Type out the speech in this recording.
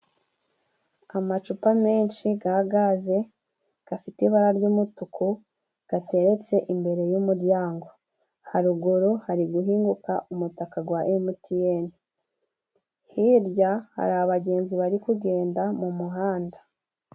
Aga macupa menshi ga gaze kafite ibara ry'umutuku kateretse imbere y'umuryango, haruguru hari guhinguka umutaka gwa emutiyeni, hirya hari abagenzi bari kugenda mu muhanda.